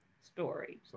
story